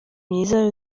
myiza